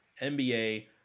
NBA